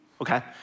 okay